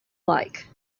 like